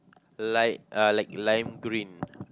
like uh like lime green